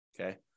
Okay